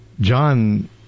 John